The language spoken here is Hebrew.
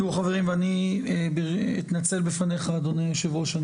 תראו חברים ואני אתנצל בפניך אדוני היושב ראש,